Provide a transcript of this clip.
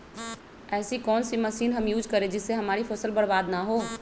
ऐसी कौन सी मशीन हम यूज करें जिससे हमारी फसल बर्बाद ना हो?